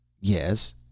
Yes